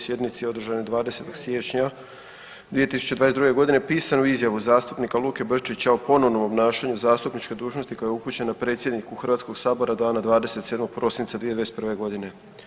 Sjednici održanoj 20. siječnja 2022. godine pisanu izjavu zastupnika Luke Brčića o ponovnom obnašanju zastupničke dužnosti koja je upućena predsjedniku Hrvatskog sabora dana 27. prosinca 2021. godine.